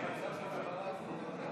התשפ"ב 2022,